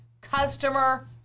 customer